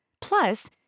Plus